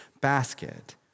basket